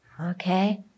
Okay